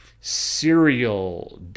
serial